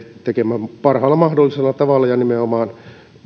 tekemään parhaalla mahdollisella tavalla ja nimenomaan